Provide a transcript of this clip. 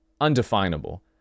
undefinable